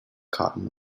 cotton